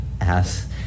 ass